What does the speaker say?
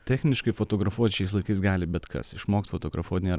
techniškai fotografuot šiais laikais gali bet kas išmokt fotografuot nėra